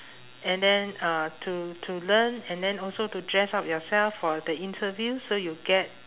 and then uh to to learn and then also to dress up yourself for the interview so you get